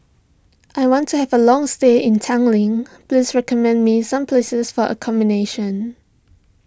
I want to have a long stay in Tallinn please recommend me some places for a combination